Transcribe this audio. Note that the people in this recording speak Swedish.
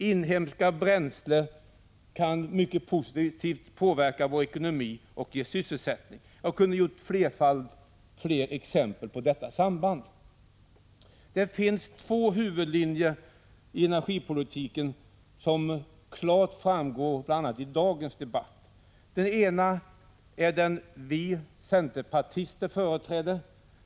Inhemska bränslen kan mycket positivt påverka vår ekonomi och sysselsättning. Jag kunde ge många fler exempel på samband. Det finns två huvudlinjer i energipolitiken, och de framgår klart bl.a. i dagens debatt. Den ena är den vi centerpartister företräder.